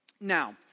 Now